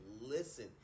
listen